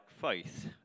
faith